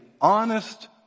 honest